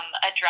address